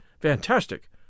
Fantastic